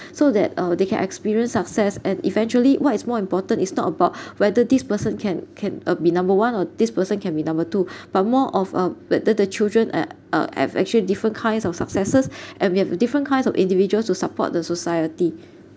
so that uh they can experience success and eventually what is more important is not about whether this person can can uh be number one or this person can be number two but more of uh whether the children uh uh have actually different kinds of successes and we have different kinds of individuals to support the society